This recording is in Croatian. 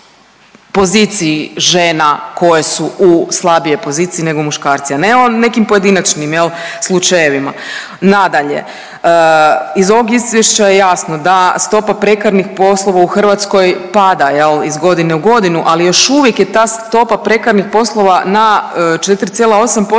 poziciji žena koje su u slabijoj poziciji nego muškarci, a ne o nekim pojedinačnim jel slučajevima. Nadalje, iz ovog izvješća je jasno da stopa prekarnih poslova u Hrvatskoj pada jel iz godine u godinu, ali još uvijek je ta stopa prekarnih poslova na 4,8%,